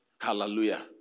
Hallelujah